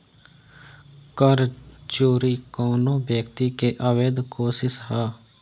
कर चोरी कवनो व्यक्ति के अवैध कोशिस ह